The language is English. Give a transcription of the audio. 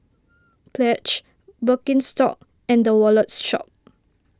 Pledge Birkenstock and the Wallet Shop